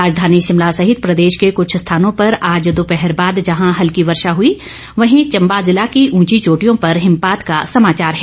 राजधानी शिमला सहित प्रदेश के कृष्ठ स्थानों पर आज दोपहर बाद जहां हल्की वर्षा हुई वहीं चंबा जिला की उंची चोटियों पर हिमपात का समाचार है